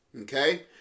Okay